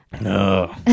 no